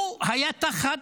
הוא היה תחת